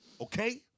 okay